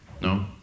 No